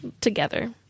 Together